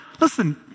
listen